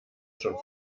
schon